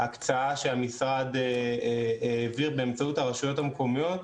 הם הקצאה שהמשרד העביר באמצעות הרשויות המקומיות.